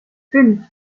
fünf